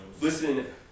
Listen